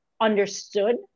understood